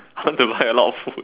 I want to buy a lot of food